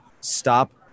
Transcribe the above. stop